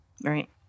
Right